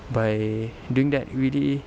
by doing that really